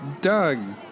Doug